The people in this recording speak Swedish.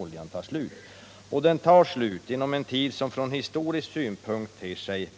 Och den tar slut inom en tid som från historisk synpunkt ter sig